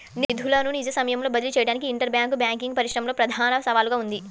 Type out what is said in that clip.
నిధులను నిజ సమయంలో బదిలీ చేయడానికి ఇంటర్ బ్యాంక్ బ్యాంకింగ్ పరిశ్రమలో ప్రధాన సవాలుగా ఉంది